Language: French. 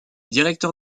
directeur